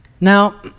Now